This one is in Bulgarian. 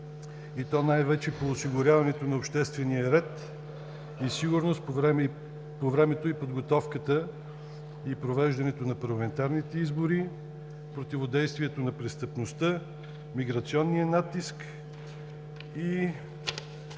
и то най-вече по осигуряването на обществения ред и сигурност по времето, подготовката и провеждането на парламентарните избори, противодействието на престъпността, миграционния натиск и